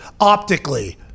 optically